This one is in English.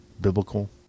biblical